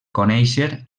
conèixer